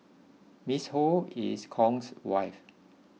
Miss Ho is Kong's wife